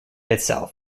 itself